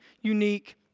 unique